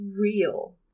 real